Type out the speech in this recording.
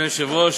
אדוני היושב-ראש,